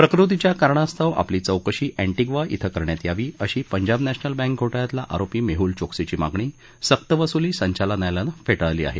प्रकृतीच्या कारणास्तव आपली चौकशी एंटिग्वा ॐ करण्यात यावी अशी पंजाब नॅशनल बँक घोटाळ्यातला आरोपी मेहुल चोक्सीची मागणी सक्तवसुली संचालनालयानं फेटाळली आहे